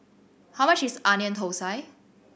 how much is Onion Thosai